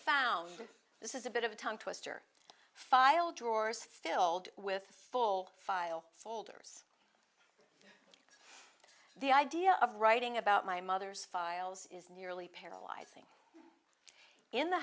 found this is a bit of a tongue twister file drawers filled with full file folders the idea of writing about my mother's files is nearly paralyzing in the